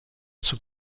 zur